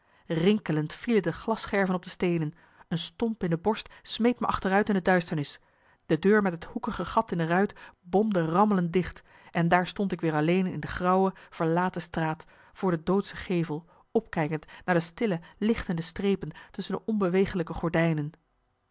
rinkelend vielen de glasscherven op de steenen een stomp in de borst smeet me achteruit in de duisternis de deur met het hoekige gat in de ruit bomde rammelend dicht en daar stond ik weer alleen in de grauwe verlaten straat voor de doodsche gevel opkijkend naar de stille lichtende strepen tusschen de onbeweeglijke gordijnen